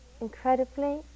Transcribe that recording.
incredibly